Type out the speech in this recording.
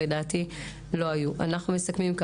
ראשית,